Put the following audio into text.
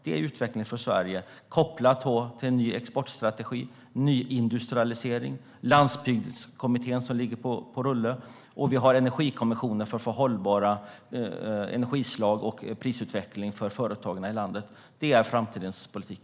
Det är utveckling för Sverige kopplat till en ny exportstrategi, nyindustrialisering och Landsbygdskommittén, som ligger på rulle. Och vi har Energikommissionen för att få hållbara energislag och hållbar prisutveckling för företagarna i landet. Det är framtidens politik.